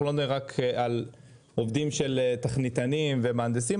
לא מדברים רק על תכניתנים ומהנדסים,